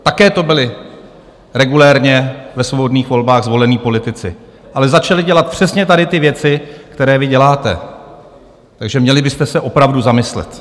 Také to byli regulérně ve svobodných volbách zvolení politici, ale začali dělat přesně tady ty věci, které vy děláte, takže měli byste se opravdu zamyslet.